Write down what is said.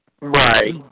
Right